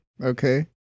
okay